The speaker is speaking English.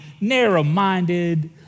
narrow-minded